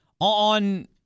on